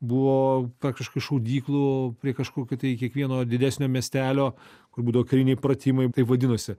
buvo praktiškai šaudyklų prie kažkokių tai kiekvieno didesnio miestelio kur būdavo kariniai pratimai taip vadinosi